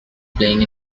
playing